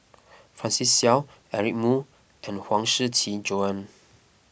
Francis Seow Eric Moo and Huang Shiqi Joan